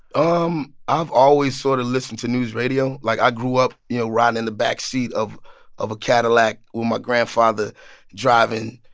um i've always sort of listened to news radio. like, i grew up, up, you know, riding in the back seat of of a cadillac with my grandfather driving,